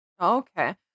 Okay